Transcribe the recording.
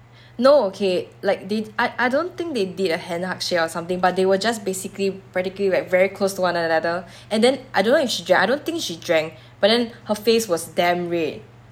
no okay like they I I don't think they did a hand heart shape or something but they were just basically practically like very close to one another and then I don't know if she drunk I don't think she drank but then her face was damn red